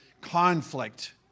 conflict